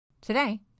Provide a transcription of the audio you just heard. Today